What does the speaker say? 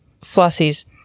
Flossie's